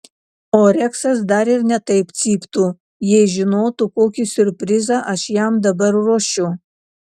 o reksas dar ir ne taip cyptų jei žinotų kokį siurprizą aš jam dabar ruošiu